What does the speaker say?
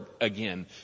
again